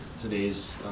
today's